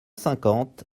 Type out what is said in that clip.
cinquante